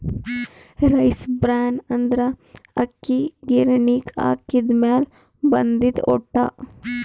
rice bran ಅಂದ್ರ ಅಕ್ಕಿ ಗಿರಿಣಿಗ್ ಹಾಕಿದ್ದ್ ಮ್ಯಾಲ್ ಬಂದಿದ್ದ್ ಹೊಟ್ಟ